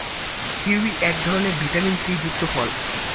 kiwi এক ধরনের vitamin C যুক্ত ফল